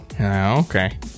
okay